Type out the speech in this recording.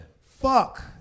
Fuck